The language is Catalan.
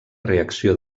reacció